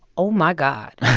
oh, my god